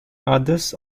others